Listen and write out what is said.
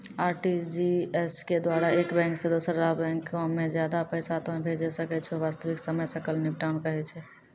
RTGS के द्वारा एक बैंक से दोसरा बैंको मे ज्यादा पैसा तोय भेजै सकै छौ वास्तविक समय सकल निपटान कहै छै?